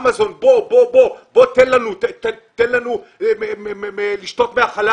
אמזון, בוא, בוא, בוא, בוא תן לנו לשתות מהחלב.